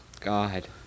god